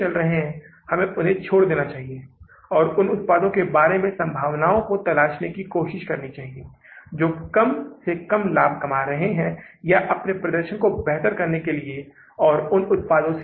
तो फिर हम ब्याज और मूल भुगतान की गणना करेंगेयहां आंकड़े डालेंगे और फिर समापन नकदी शेष का पता लगाएंगे ठीक है